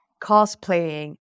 cosplaying